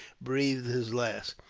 breathed his last.